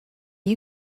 you